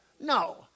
No